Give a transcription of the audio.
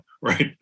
right